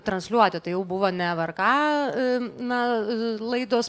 transliuoti tai jau buvo ne vrk na laidos